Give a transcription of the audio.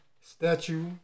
statue